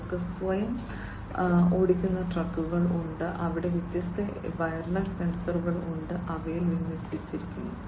അവർക്ക് സ്വയം ഓടിക്കുന്ന ട്രക്കുകൾ ഉണ്ട് അവിടെ വ്യത്യസ്ത വയർലെസ് സെൻസറുകൾ ഉണ്ട് അവയിൽ വിന്യസിച്ചിരിക്കുന്നു